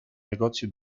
negozio